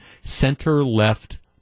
center-left